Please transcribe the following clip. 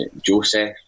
Joseph